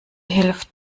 hilft